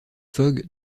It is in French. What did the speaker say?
fogg